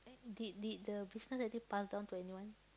did did the business actually pass down to anyone